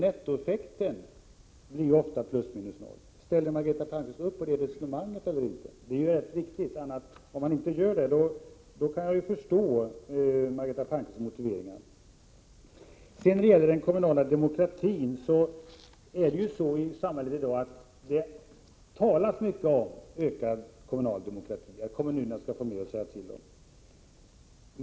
Nettoeffekten blir ofta plus minus noll. Ställer Margareta Palmqvist upp på det resonemanget? Om hon inte gör det, kan jag förstå hennes Prot. 1987/88:129 motiveringar. 30 maj 1988 Det talas mycket om ökad kommunal demokrati och att kommunerna skall. 7 Ao re js s R X Anslag till bostadsfå mer att säga till om.